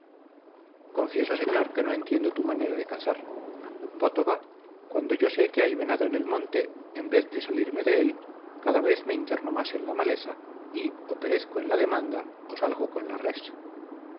confieso señor que no entiendo tu manera de cazar voto va cuando yo sé que hay venado en el monte en vez de salirme de él cada vez me interno más en la maleza y o perezco en la demanda o salgo con la res